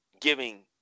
giving